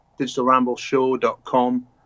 digitalrambleshow.com